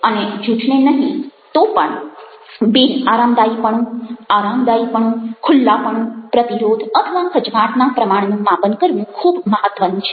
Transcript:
અને જૂઠને નહિ તો પણ બિનઆરામદાયીપણું આરામદાયીપણું ખુલ્લાંપણું પ્રતિરોધ અથવા ખચકાટના પ્રમાણનું માપન કરવું ખૂબ મહત્વનું છે